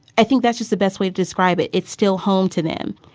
i think that's just the best way to describe it. it's still home to them.